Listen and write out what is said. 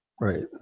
Right